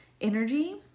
energy